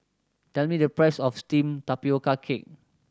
tell me the price of steamed tapioca cake